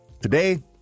Today